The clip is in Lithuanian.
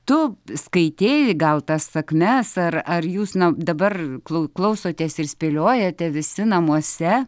tu skaitei gal tas sakmes ar ar jūs na dabar klausotės ir spėliojate visi namuose